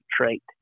trait